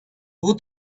who